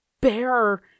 bear